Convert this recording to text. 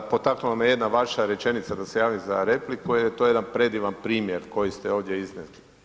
Potaknula me jedna vaša rečenica da se javim za repliku jer je to jedan predivan primjer koji ste ovdje iznijeli.